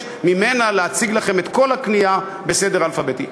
ממנה להציג לכם את כל הקנייה בסדר אלפביתי.